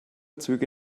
züge